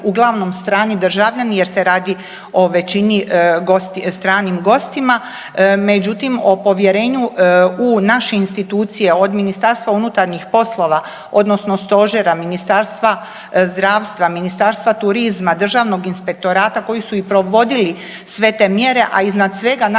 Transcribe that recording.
uglavnom strani državljani jer se radi o većini stranim gostima. Međutim, o povjerenju u naše institucije od Ministarstva unutarnjih poslova odnosno stožera, Ministarstva zdravstva, Ministarstva turizma, Državnog inspektorata koji su i provodili sve te mjere a iznad svega naših